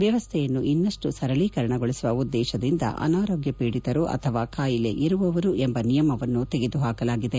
ವ್ಯವಸ್ಥೆಯನ್ನು ಇನ್ನಷ್ನು ಸರಳೀಕರಣಗೊಳಿಸುವ ಉದ್ದೇಶದಿಂದ ಅನಾರೋಗ್ಯಪೀಡಿತರು ಅಥವಾ ಕಾಯಿಲೆ ಇರುವವರು ಎಂಬ ನಿಯಮವನ್ನು ತೆಗೆದುಹಾಕಲಾಗಿದೆ